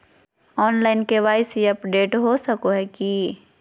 Online KYC update हो सको है की?